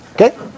Okay